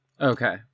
Okay